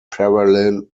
parallel